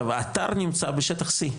האתר נמצא בשטח C,